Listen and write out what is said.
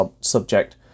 subject